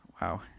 Wow